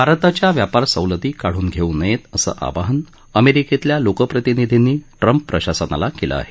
भारताच्या व्यापार सवलती काढून घेऊ नये असं आवाहन अमेरिकेतल्या लोकप्रतिनिधींनी ट्रंप प्रशासनाला केलं आहे